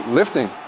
lifting